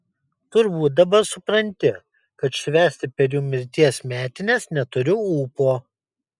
turbūt dabar supranti kad švęsti per jų mirties metines neturiu ūpo